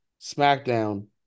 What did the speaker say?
SmackDown